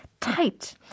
tight